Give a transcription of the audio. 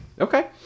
Okay